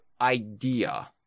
idea